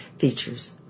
features